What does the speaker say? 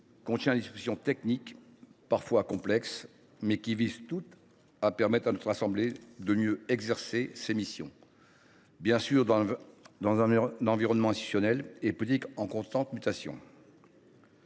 contient des dispositions techniques, parfois complexes, qui visent toutes à permettre à notre assemblée de mieux exercer ses missions, dans un environnement institutionnel et politique en constante mutation.